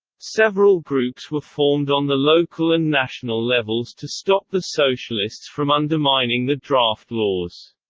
several groups were formed on the local and national levels to stop the socialists from undermining the draft laws.